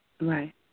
Right